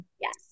Yes